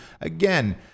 Again